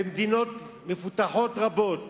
ומדינות מפותחות רבות